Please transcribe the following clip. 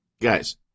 Guys